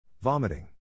vomiting